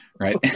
right